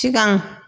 सिगां